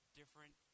different